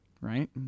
right